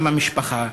גם המשפחה,